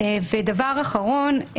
דבר אחרון,